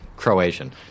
Croatian